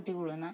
ಪುಟ್ಟಿಗಳನ್ನ